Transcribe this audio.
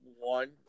one